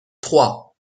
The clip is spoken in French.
trois